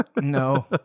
No